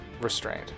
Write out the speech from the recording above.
restrained